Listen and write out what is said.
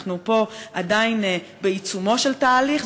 אנחנו פה עדיין בעיצומו של תהליך,